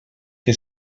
que